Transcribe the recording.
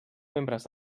membres